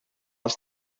els